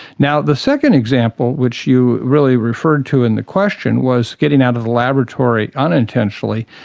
now, the second example which you really referred to in the question, was getting out of the laboratory unintentionally,